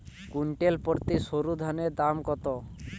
Quintal প্রতি সরুধানের দাম কত?